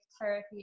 therapy